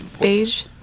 Beige